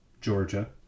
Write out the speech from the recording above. Georgia